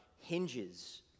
hinges